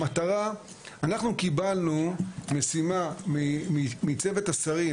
המטרה - אנחנו קיבלנו משימה מצוות השרים